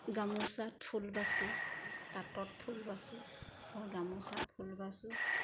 গামোচাত ফুল বাচোঁ তাঁতত ফুল বাচোঁ আকৌ গামোচাত ফুল বাচোঁ